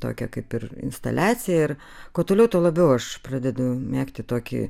tokią kaip ir instaliaciją ir kuo toliau tuo labiau aš pradedu mėgti tokį